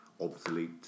obsolete